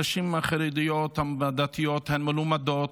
הנשים החרדיות והדתיות הן מלומדות,